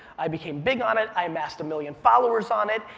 i became big on it, i amassed a million followers on it,